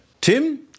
Tim